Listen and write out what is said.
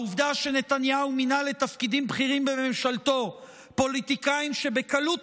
העובדה שנתניהו מינה לתפקידים בכירים בממשלתו פוליטיקאים שבקלות